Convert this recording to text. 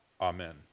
Amen